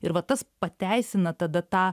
ir va tas pateisina tada tą